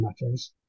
matters